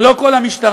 לא כל המשטרה,